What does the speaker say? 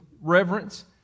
reverence